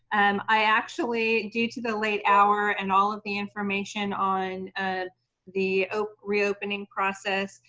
um i actually, due to the late hour and all of the information on ah the ah reopening process,